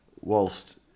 whilst-